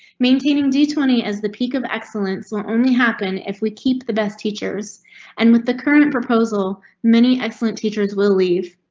maintaining the twenty as the peak of excellence will only happen if we keep the best teachers and with the current proposal, many excellent teachers will leave.